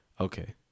Okay